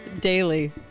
daily